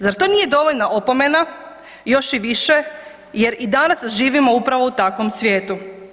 Zar to nije dovoljna opomena, još i više jer i danas živimo upravo u takvom svijetu.